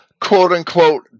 quote-unquote